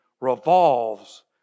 revolves